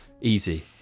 easy